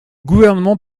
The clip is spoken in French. gouvernement